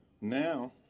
Now